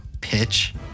pitch